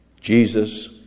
Jesus